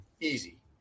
easy